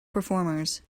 performers